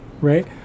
right